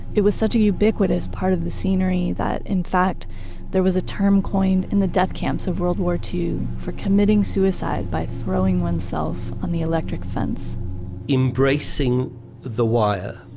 it was such a ubiquitous part of the scenery that in fact there was a term coined in the death camps of world war ii for committing suicide by throwing oneself on the electric fence embracing the wire